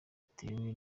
bitewe